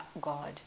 God